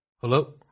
Hello